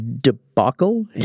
debacle